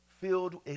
filled